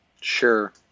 Sure